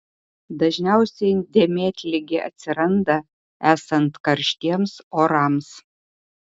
dažniausiai dėmėtligė atsiranda esant karštiems orams